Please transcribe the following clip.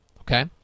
Okay